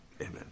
Amen